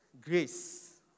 grace